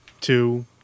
two